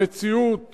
המציאות